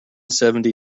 seventy